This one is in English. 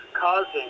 causing